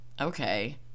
Okay